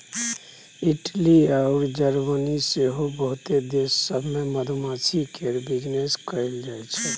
Italy अउर Germany आरो बहुते देश सब मे मधुमाछी केर बिजनेस कएल जाइ छै